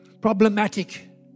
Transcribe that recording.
problematic